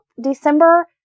December